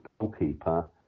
goalkeeper